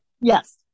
yes